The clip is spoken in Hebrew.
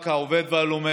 רק הנוער העובד והלומד,